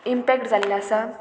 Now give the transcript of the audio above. impact जाल्लें आसा